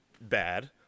bad